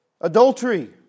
Adultery